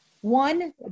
One